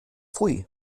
pfui